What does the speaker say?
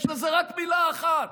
יש לזה רק מילה אחת: